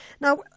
Now